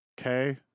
okay